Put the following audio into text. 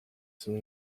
some